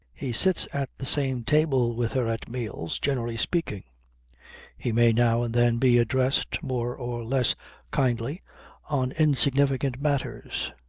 he sits at the same table with her at meals, generally speaking he may now and then be addressed more or less kindly on insignificant matters,